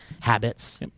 habits